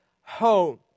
home